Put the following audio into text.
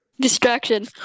Distraction